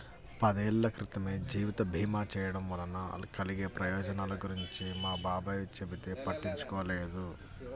పదేళ్ళ క్రితమే జీవిత భీమా చేయడం వలన కలిగే ప్రయోజనాల గురించి మా బాబాయ్ చెబితే పట్టించుకోలేదు